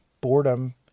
boredom